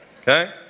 okay